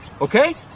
okay